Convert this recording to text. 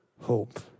hope